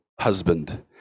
husband